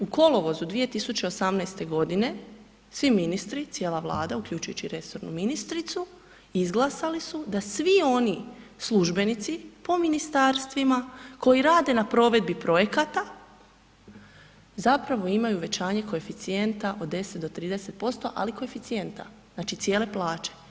U kolovozu 2018. godine svi ministri, cijela Vlada uključujući i resornu ministricu izglasali su da svi oni službenici po ministarstvima koji rade na provedbi projekata zapravo imaju uvećanje koeficijenta od 10 do 30%, ali koeficijenta, znači cijele plaće.